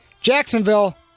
Jacksonville